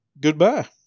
Goodbye